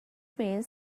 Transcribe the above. means